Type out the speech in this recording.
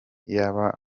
iyaba